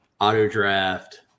auto-draft